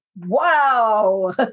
wow